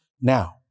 now